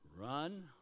Run